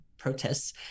protests